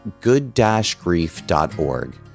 good-grief.org